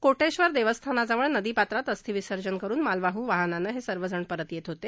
कोटेश्वर देवस्थानाजवळ नदी पात्रात अस्थी विसर्जन करून मालवाह वाहनानं हे सर्वजण परत येत होते